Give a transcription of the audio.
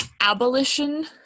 abolition